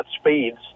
speeds